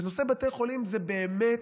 בנושא בתי חולים זה באמת,